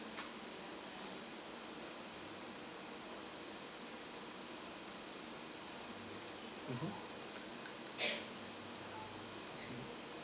mmhmm